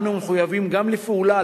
אנו מחויבים גם לפעולה,